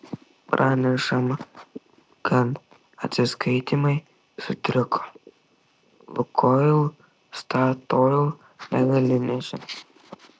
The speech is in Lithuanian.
pranešama kad atsiskaitymai sutriko lukoil statoil degalinėse